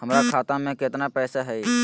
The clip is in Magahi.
हमर खाता मे केतना पैसा हई?